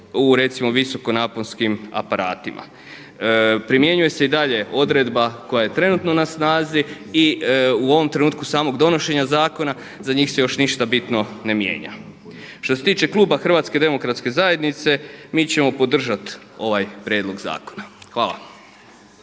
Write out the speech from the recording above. visokonaponskim aparatima. Primjenjuje se i dalje odredba koja je trenutno na snazi i u ovom trenutku samog donošenja zakona za njih se još ništa bitno ne mijenja. Što se tiče kluba Hrvatske demokratske zajednice mi ćemo podržati ovaj prijedlog zakona. Hvala.